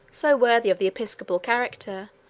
so worthy of the episcopal character,